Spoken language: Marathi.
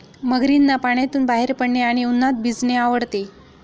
मगरींना पाण्यातून बाहेर पडणे आणि उन्हात भिजणे आवडते